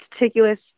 meticulous